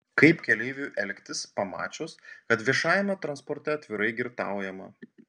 kaip keleiviui elgtis pamačius kad viešajame transporte atvirai girtaujama